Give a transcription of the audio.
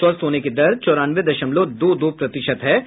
स्वस्थ होने की दर चौरानवे दशमलव दो दो प्रतिशत हो गयी है